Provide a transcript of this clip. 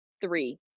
three